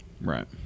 right